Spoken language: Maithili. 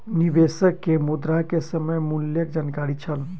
निवेशक के मुद्रा के समय मूल्यक जानकारी छल